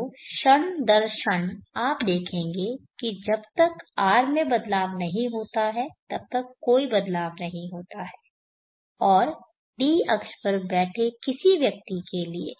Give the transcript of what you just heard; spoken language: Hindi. तो क्षण दर क्षण आप देखेंगे कि जब तक R में बदलाव नहीं होता तब तक कोई बदलाव नहीं होता है और d अक्ष पर बैठे किसी व्यक्ति के लिए